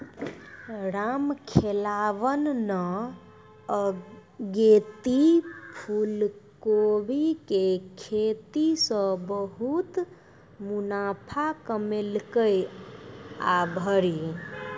रामखेलावन न अगेती फूलकोबी के खेती सॅ बहुत मुनाफा कमैलकै आभरी